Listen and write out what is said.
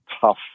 tough